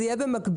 זה יהיה במקביל.